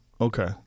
okay